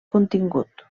contingut